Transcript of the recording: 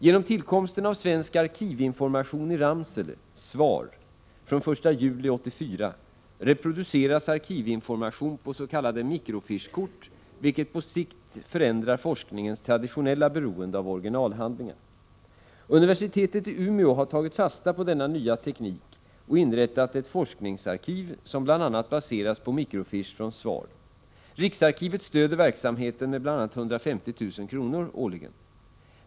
Genom tillkomsten av Svensk arkivinformation i Ramsele, SVAR, från 1 juli 1984, reproduceras arkivinformation på s.k. mikrofichekort, vilket på sikt förändrar forskningens traditionella beroende av originalhandlingar. Universitetet i Umeå har tagit fasta på denna nya teknik och inrättat forskningsarkiv som bl.a. baseras på mikrofiche från SVAR. Riksarkivet stöder verksamheten med bl.a. 150 000 kr. årligen.